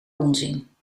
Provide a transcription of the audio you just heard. onzin